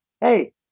Hey